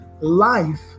life